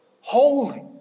Holy